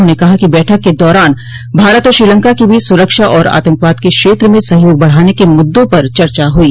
उन्होंने कहा कि बैठक के दौरान भारत और श्रीलंका के बीच सुरक्षा और आतंकवाद के क्षेत्र में सहयोग बढ़ाने के मुद्दों पर चर्चा हुई